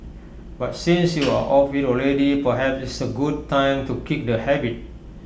but since you are off IT already perhaps it's A good time to kick the habit